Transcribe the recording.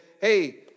hey